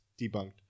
Debunked